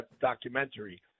documentary